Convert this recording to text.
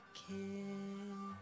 kid